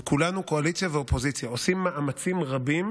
קואליציה ואופוזיציה, עושים מאמצים רבים